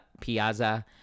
Piazza